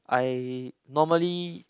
I normally